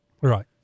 Right